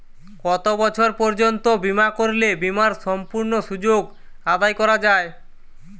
কত বছর পর্যন্ত বিমা করলে বিমার সম্পূর্ণ সুযোগ আদায় করা য়ায়?